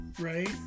right